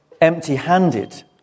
empty-handed